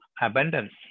abundance